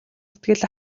сэтгэл